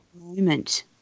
moment